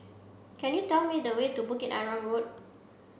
can you tell me the way to Bukit Arang Road